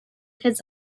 his